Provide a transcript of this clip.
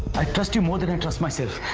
i trust you more than i trust myself.